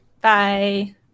Bye